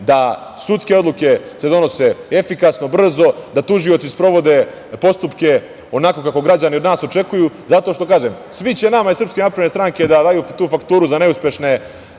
da sudske odluke se donose efikasno, brzo, da tužioci sprovode postupke onako kako građani od nas očekuju. Zato što kažem, svi će nama, iz SNS da daju tu fakturu za neuspešne